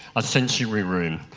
a sanctuary room,